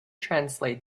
translate